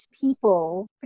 people